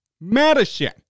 Madison